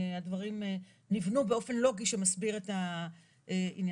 הדברים נבנו באופן לוגי שמסביר את העניין.